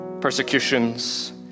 persecutions